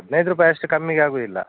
ಹದಿನೈದು ರೂಪಾಯಿ ಅಷ್ಟು ಕಮ್ಮಿಗೆ ಆಗೋದಿಲ್ಲ